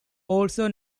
also